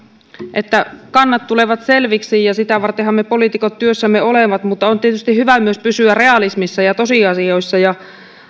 että kannat tulevat selviksi ja sitä vartenhan me poliitikot työssämme olemme mutta on tietysti hyvä myös pysyä realismissa ja tosiasioissa ja